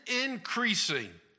increasing